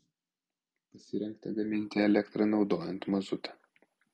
pasirengta gaminti elektrą naudojant mazutą